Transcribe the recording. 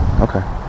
Okay